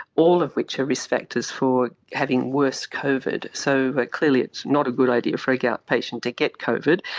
all of which are risk factors for having worse covid. so clearly it's not a good idea for a gout patient to get covid,